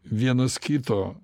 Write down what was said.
vienas kito